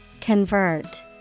Convert